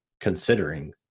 considering